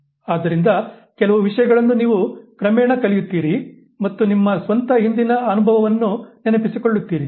ಆದ್ದರಿಂದ ಕೆಲವು ವಿಷಯಗಳನ್ನು ನೀವು ಕ್ರಮೇಣ ಕಲಿಯುತ್ತೀರಿ ಮತ್ತು ನಿಮ್ಮ ಸ್ವಂತ ಹಿಂದಿನ ಅನುಭವವನ್ನು ನೆನಪಿಸಿಕೊಳ್ಳುತ್ತೀರಿ